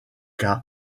cas